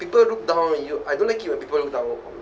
people look down on you I don't like it when people look down on